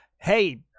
hey